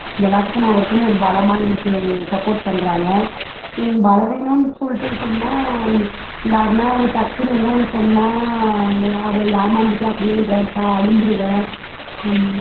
எல்லாத்துக்கும் நான் இருக்கேனு ஒரு பலமாக எனக்கு சப்போட் பண்ணுறாங்க பலவீனம்னு சொல்லிட்டு சொன்னால் யாருனா டக்குனு எதுனா ஒன்று சொன்னால் அதை ஏமார்ந்துட்டு அப்படியே இதாக இருப்பேன் அழுந்துருவேன்